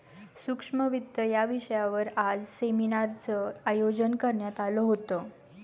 सूक्ष्म वित्त या विषयावर आज सेमिनारचं आयोजन करण्यात आलं होतं